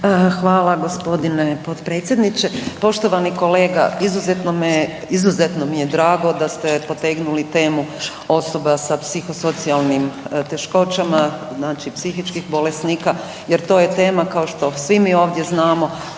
Hvala gospodine potpredsjedniče. Poštovani kolega izuzetno mi je drago da ste potegnuli temu osoba sa psihosocijalnim teškoćama, znači psihičkih bolesnika jer to je tema kao što svi mi ovdje znamo